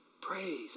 praise